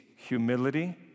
humility